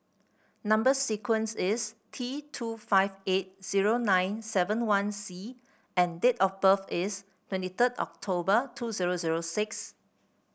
number sequence is T two five eight zero nine seven one C and date of birth is twenty third October two zero zero six